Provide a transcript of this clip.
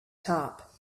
top